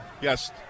Yes